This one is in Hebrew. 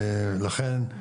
לכן,